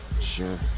Sure